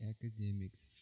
Academics